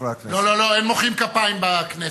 חברי הכנסת.